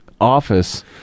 office